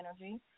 energy